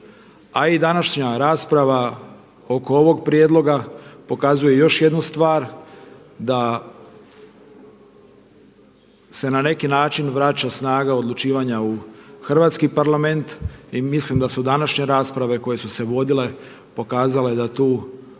a i današnja rasprava oko ovog prijedloga pokazuje još jednu stvar da se na neki način vraća snaga odlučivanja u Hrvatski parlament i mislim da su današnje rasprave koje su se vodile pokazale da tu